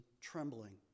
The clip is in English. trembling